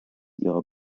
ihrer